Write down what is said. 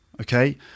Okay